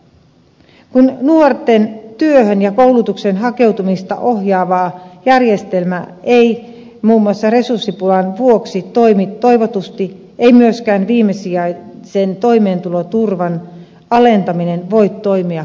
kun nuorten työhön ja koulutukseen hakeutumista ohjaava järjestelmä ei muun muassa resurssipulan vuoksi toimi toivotusti ei myöskään viimesijaisen toimeentuloturvan alentaminen voi toimia kannustimena